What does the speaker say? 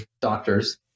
doctors